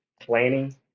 planning